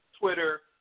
Twitter